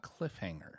cliffhanger